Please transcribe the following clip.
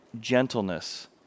gentleness